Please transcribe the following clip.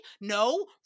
No